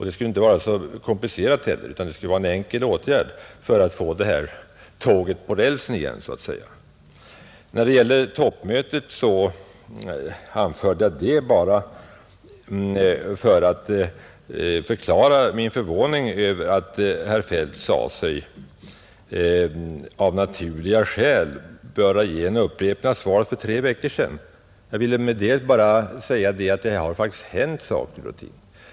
Det skulle inte heller vara så komplicerat utan en enkel åtgärd för att få tåget på rälsen igen så att säga. När det gäller toppmötet nämnde jag det bara för att förklara min förvåning över att herr Feldt sade sig av naturliga skäl böra upprepa svaret för tre veckor sedan. Jag vill bara säga att det faktiskt hänt saker och ting.